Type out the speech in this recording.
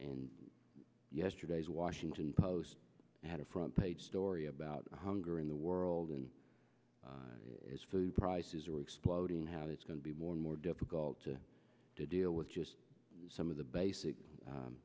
and yesterday's washington post had a front page story about hunger in the world and as food prices are exploding how it's going to be more and more difficult to deal with just some of the